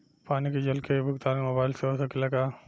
पानी के जल कर के भुगतान मोबाइल से हो सकेला का?